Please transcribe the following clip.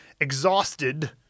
exhausted